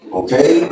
okay